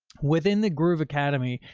within the grooveacademy.